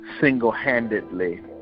single-handedly